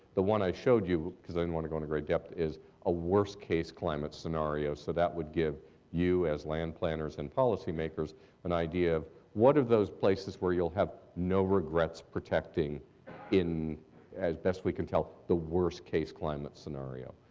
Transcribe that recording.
the one i showed you because i didn't mean want to go into great depth is a worse case climate scenario, so that would give you as land planners and policy makers an idea of one of those places where you'll have no regrets protecting in as best we can tell the worst case climate scenario.